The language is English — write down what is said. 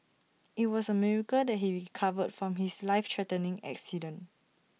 IT was A miracle that he recovered from his life threatening accident